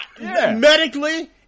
Medically